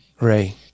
Ray